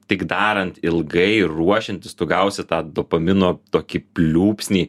tik darant ilgai ruošiantis tu gausi tą dopamino tokį pliūpsnį